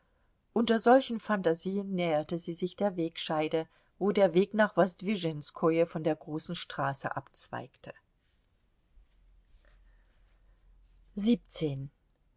unter solchen phantasien näherte sie sich der wegscheide wo der weg nach wosdwischenskoje von der großen straße abzweigte